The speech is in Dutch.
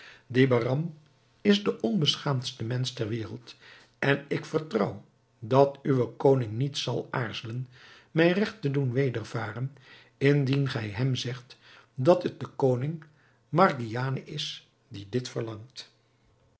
die behram is de onbeschaamdste mensch ter wereld en ik vertrouw dat uw koning niet zal aarzelen mij regt te doen wedervaren indien gij hem zegt dat het de koningin margiane is die dit verlangt